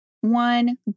one